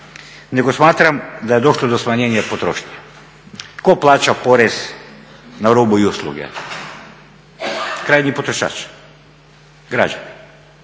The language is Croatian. nego smatram da je došlo do smanjenja potrošnje. Tko plaća porez na robu i usluge? Krajnji potrošač. Građanin.